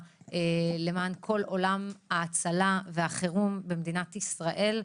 מאוד למען כל עולם ההצלה והחירום במדינת ישראל,